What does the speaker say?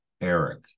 Eric